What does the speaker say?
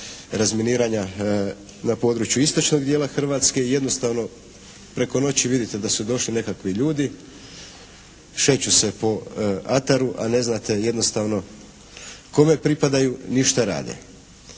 razminiranja na području istočnog dijela Hrvatske. Jednostavno preko noći vidite da su došli nekakvi ljudi, šeću se po ataru, a ne znate jednostavno kome pripadaju ni što rade.